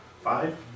Five